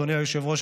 אדוני היושב-ראש,